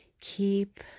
keep